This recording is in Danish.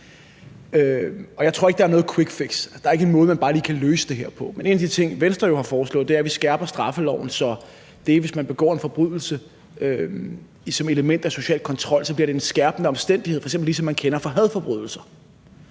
jeg tror ikke, der er noget quick fix – der er ikke en måde, man bare lige kan løse det her på. Men en af de ting, Venstre jo har foreslået, er, at vi skærper straffeloven, så det bliver sådan, at hvis man begår en forbrydelse med et element af social kontrol, er det en skærpende omstændighed, ligesom man kender det fra hadforbrydelser.